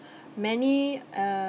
many uh